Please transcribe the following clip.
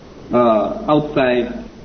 outside